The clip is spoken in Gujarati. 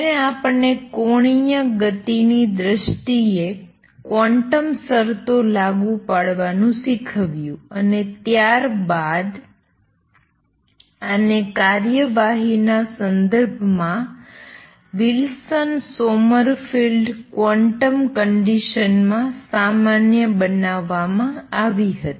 તેણે આપણને અંગ્યુલર મોમેંટમ ની દ્રષ્ટિએ ક્વોન્ટમ શરતો લાગુ પાડવાનું શીખવ્યું અને ત્યારબાદ આને કાર્યવાહીના સંદર્ભમાં વિલ્સન સોમરફિલ્ડ ક્વોન્ટમ કંડિસન માં સામાન્ય બનાવવામાં આવી હતી